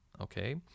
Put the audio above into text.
Okay